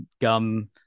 gum